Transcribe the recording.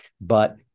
But-